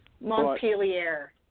Montpelier